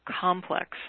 complex